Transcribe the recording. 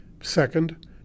Second